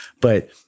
But-